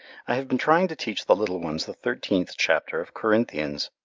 i have been trying to teach the little ones the thirteenth chapter of corinthians.